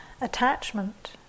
attachment